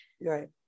Right